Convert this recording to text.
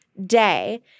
day